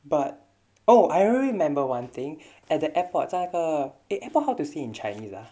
but oh I really remember one thing at the airport 在那个 eh airport how to say in chinese ah